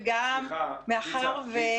וגם מאחר --- לא,